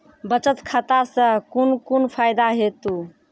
बचत खाता सऽ कून कून फायदा हेतु?